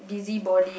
busybody